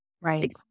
Right